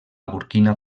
burkina